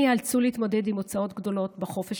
הן ייאלצו להתמודד עם הוצאות גדולות בחופש